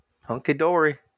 hunky-dory